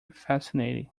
fascinating